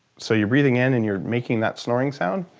so you're breathing in and you're making that snoring sound.